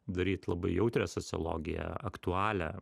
daryt labai jautrią sociologiją aktualią